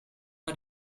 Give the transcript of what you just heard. are